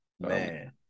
Man